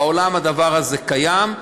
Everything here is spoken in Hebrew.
בעולם הדבר הזה קיים,